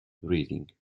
breathing